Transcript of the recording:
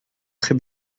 très